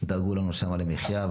דאגו לנו שם למחייה,